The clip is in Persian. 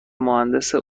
مهندسی